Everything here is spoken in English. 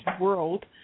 world